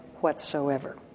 whatsoever